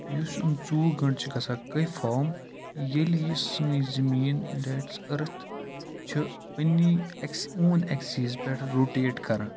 یُس یِم ژۄوُہ گٲنٛٹہٕ چھِ گَژھان گٔے فارم یِیٚلہِ یہِ سٲنۍ زٔمین ڈیٹ اِز أرتھ چھِ أنی اون ایٚکسیز پٮ۪ٹھ روٹیٹ کَران